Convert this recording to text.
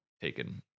taken